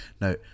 Now